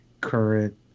current